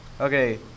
Okay